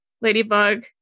Ladybug